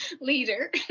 leader